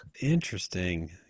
interesting